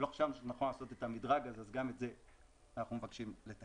לא חשבנו שנכון לעשות את המדרג הזה וגם את זה אנחנו מבקשים לתקן.